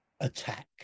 attack